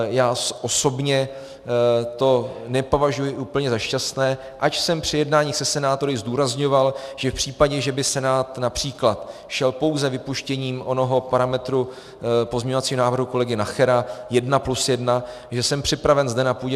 Já osobně to nepovažuji úplně za šťastné, ač jsem při jednání se senátory zdůrazňoval, že v případě, že by Senát například šel pouze vypuštěním onoho parametru pozměňovacího návrhu kolegy Nachera 1+1, že jsem připraven zde na půdě